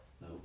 No